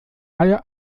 alle